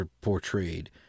portrayed